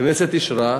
הכנסת אישרה,